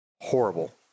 horrible